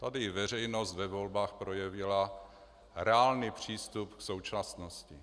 Tady i veřejnost ve volbách projevila reálný přístup k současnosti.